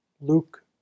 Luke